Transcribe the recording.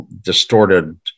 distorted